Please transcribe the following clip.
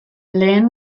lehen